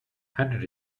handed